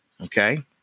Okay